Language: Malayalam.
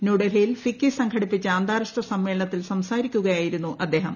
ന്യൂഡൽഹിയിൽ ഫിക്കി സംഘടിപ്പിച്ച അന്താരാഷ്ട്ര സമ്മേളനത്തിൽ സംസാരിക്കുകയായിരുന്നു അദ്ദേഹം